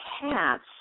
cats